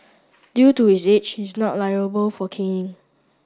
due to his age he's not liable for caning